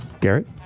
Garrett